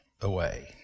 away